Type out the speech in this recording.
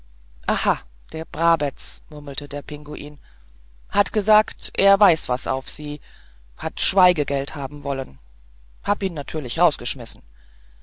der brabetz murmelte der pinguin hat gesagt er weiß was auf sie hat schweigegeld haben wollen hab ihn natürlich hinausgeschmissen